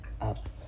up